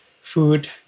food